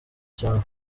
cyane